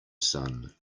sun